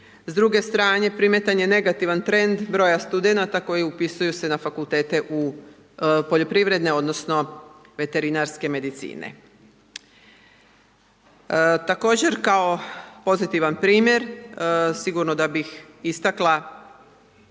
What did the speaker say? S druge strane primjetan je negativan trend broja studenata koji upisuju se na fakultete u, poljoprivredne odnosno veterinarske medicine. Također kao pozitivan primjer sigurno da bih istakla